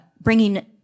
bringing